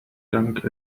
dank